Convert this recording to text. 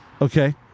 Okay